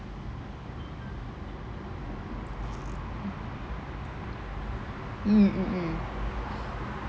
mm mm mm